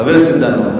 חבר הכנסת דנון,